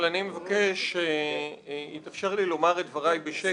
אבל אני מבקש שיתאפשר לי לומר את דבריי בשקט,